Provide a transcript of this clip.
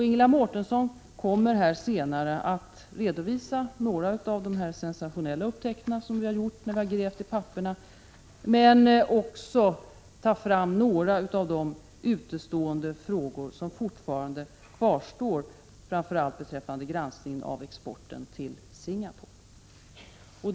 Ingela Mårtensson kommer senare att redovisa några av de sensationella upptäckter som vi har gjort när vi har grävt i papperen men också ta fram några av de frågor som fortfarande kvarstår, framför allt beträffande granskningen av exporten till Singapore.